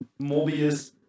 Morbius